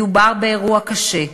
מדובר באירוע קשה,